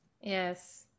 yes